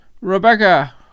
Rebecca